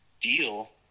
deal